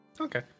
Okay